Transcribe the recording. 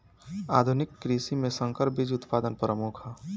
आधुनिक कृषि में संकर बीज उत्पादन प्रमुख ह